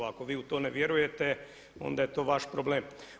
Ako vi u to ne vjerujete onda je to vaš problem.